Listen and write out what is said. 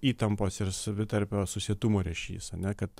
įtampos ir savitarpio susietumo ryšys ane kad